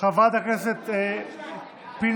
חברת הכנסת פינטו.